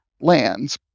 lands